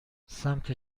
سمت